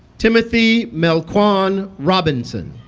timothy melquan robinson